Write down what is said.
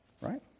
Right